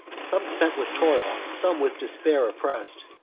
some spent with toil, some with despair oppress'd,